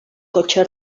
cotxe